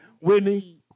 Whitney